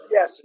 Yes